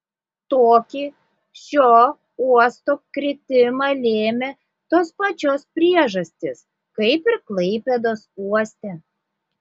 tokį šio uosto kritimą lėmė tos pačios priežastys kaip ir klaipėdos uoste